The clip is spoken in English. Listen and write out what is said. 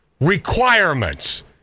Requirements